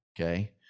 okay